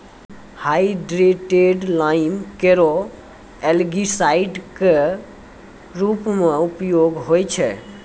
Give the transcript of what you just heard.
hydrated lime केरो algicide क रूप म उपयोग होय छै